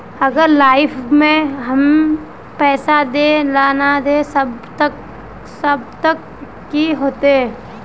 अगर लाइफ में हैम पैसा दे ला ना सकबे तब की होते?